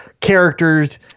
characters